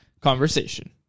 Conversation